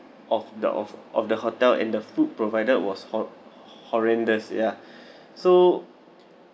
of the of of the hotel and the food provided was ho~ horrendous yeah so